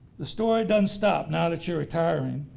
the story doesn't stop now that you're retiring.